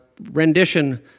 rendition